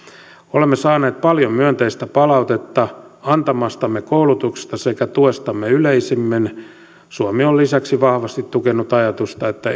olemme saaneet paljon myönteistä palautetta antamastamme koulutuksesta sekä tuestamme yleisemmin suomi on lisäksi vahvasti tukenut ajatusta että